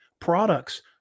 products